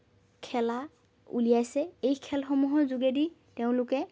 খেলা উলিয়াইছে এই খেলসমূহৰ যোগেদি তেওঁলোকে